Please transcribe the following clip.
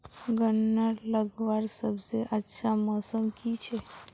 गन्ना लगवार सबसे अच्छा मौसम की छे?